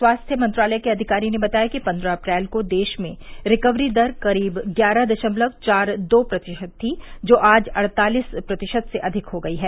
स्वास्थ्य मंत्रालय के अधिकारी ने बताया कि पन्द्रह अप्रैल को देश में रिकवरी दर करीब ग्यारह दशमलव चार दो प्रतिशत थी जो आज अड़तालीस प्रतिशत से अधिक हो गई है